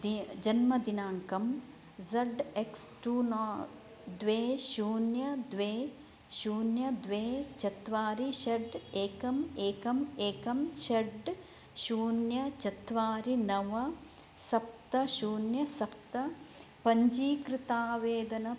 दि जन्मदिनाङ्कं Z X टुनो द्वे शून्यं द्वे शून्यं द्वे चत्वारि षट् एकम् एकम् एकं षट् शून्यं चत्वारि नव सप्त शून्यं सप्त पञ्जीकृतावेदन